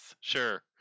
Sure